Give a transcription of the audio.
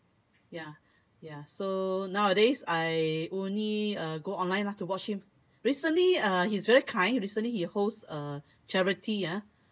ya ya so nowadays I only uh go online lah to watch him recently uh he's very kind recently he held a charity ah